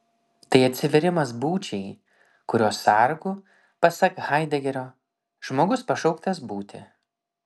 tai atsivėrimas būčiai kurios sargu pasak haidegerio žmogus pašauktas būti